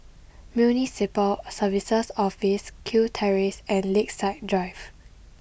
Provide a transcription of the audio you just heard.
Municipal Services Office Kew Terrace and Lakeside Drive